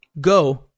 go